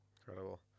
Incredible